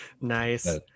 nice